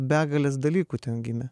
begalės dalykų ten gimė